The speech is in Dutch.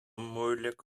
moeilijk